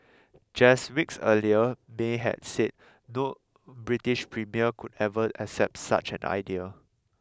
just weeks earlier May had said no British premier could ever accept such an idea